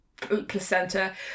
placenta